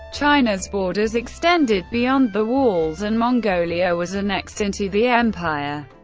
china's borders extended beyond the walls and mongolia was annexed into the empire,